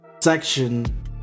section